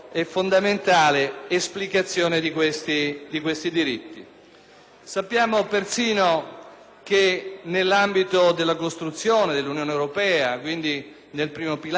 Sappiamo persino che nell'ambito della costruzione dell'Unione europea, quindi nel primo pilastro, il diritto dei trattati, ma anche nella costruzione delle